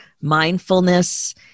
mindfulness